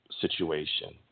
situation